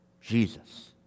Jesus